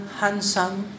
handsome